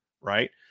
right